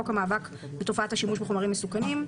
התשע"ב 2012 ; (29)חוק המאבק בתופעת השימוש בחומרים מסכנים,